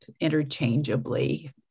interchangeably